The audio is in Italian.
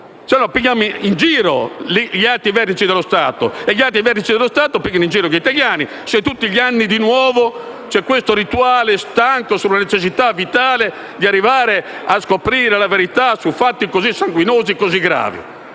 modo prendiamo in giro gli alti vertici dello Stato e loro prendono in giro gli italiani, se tutti gli anni di nuovo c'è questo rituale stanco sulla necessità vitale di arrivare a scoprire la verità su fatti così sanguinosi e gravi.